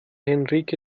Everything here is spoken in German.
henrike